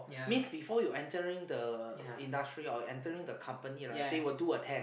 means before you entering the industry or entering the company right they will do a test